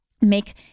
make